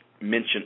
mention